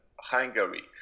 Hungary